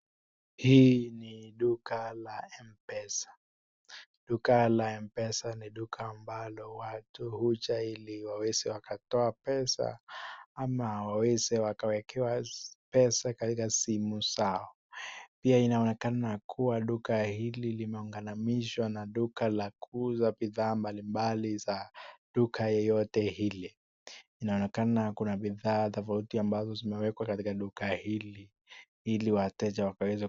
Hii ni duka la M-Pesa. Duka la M-Pesa ni duka ambalo watu huja ili waweze wakatoe pesa ama waweze wakawekewe pesa katika simu zao. Pia inaonekana kuwa duka hili limeunganishwa na duka la kuuza bidhaa mbalimbali za duka yoyote ile. Inaonekana kuna bidhaa tofauti zimewekwa katika duka hili ili wateja wakaweze...